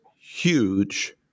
huge